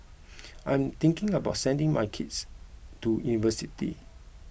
I am thinking about sending my kids to university